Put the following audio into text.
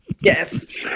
Yes